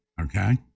okay